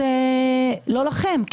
לא לכם,